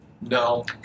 No